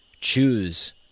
choose